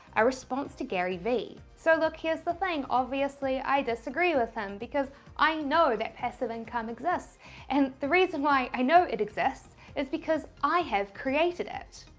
response to gary v. so look here's the thing. obviously, i disagree with him because i know that passive income exists and the reason why i know it exists is because i have created it.